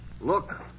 Look